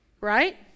right